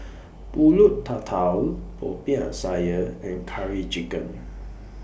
Pulut Tatal Popiah Sayur and Curry Chicken